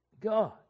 God